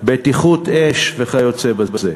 בטיחות אש וכיוצא בזה.